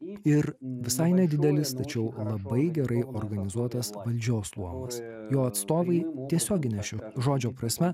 ir visai nedidelis tačiau labai gerai organizuotas valdžios luomas jo atstovai tiesiogine šio žodžio prasme